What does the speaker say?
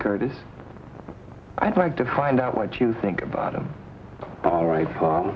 curtis i'd like to find out what you think about i'm all right p